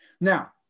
Now